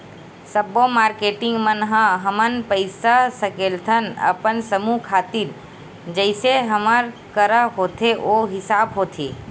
सब्बो मारकेटिंग मन ह हमन पइसा सकेलथन अपन समूह खातिर जइसे हमर करा होथे ओ हिसाब होथे